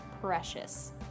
precious